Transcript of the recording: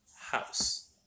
house